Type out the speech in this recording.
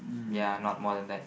ya not more than that